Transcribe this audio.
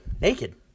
naked